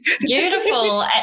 beautiful